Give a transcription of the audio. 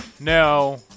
no